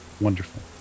Wonderful